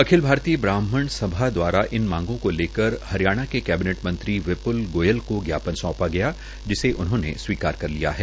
अखिल भारतीय ब्राहमण सभा द्वारा इन मांगों को लेकर हरियाणा के कैबिनेट मंत्री विप्ल गोयल को ज्ञापन सौंपा जिसे उन्होंने स्वीकार कर लिया है